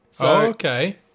okay